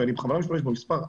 ואני בכוונה משתמש במספר,